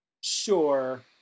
sure